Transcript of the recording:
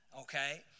Okay